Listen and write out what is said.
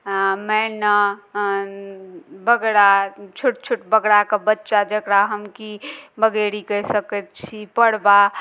मैना बगड़ा छोट छोट बगड़ाके बच्चा जेकरा हम कि बगेरी कहि सकैत छी पड़बा